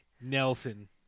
Nelson